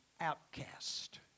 outcast